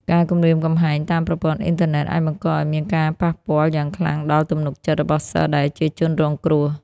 ការគំរាមកំហែងតាមប្រព័ន្ធអ៊ីនធឺណិតអាចបង្កឱ្យមានការប៉ះពាល់យ៉ាងខ្លាំងដល់ ទំនុកចិត្ត របស់សិស្សដែលជាជនរងគ្រោះ។